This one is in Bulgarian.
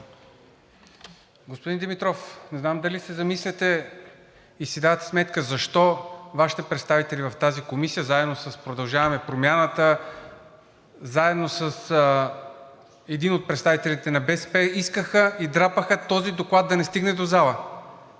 Господин Димитров, не знам дали се замисляте и си давате сметка защо Вашите представители в тази комисия, заедно с „Продължаваме Промяната“, заедно с един от представителите на БСП, искаха и драпаха този доклад да не стигне до залата.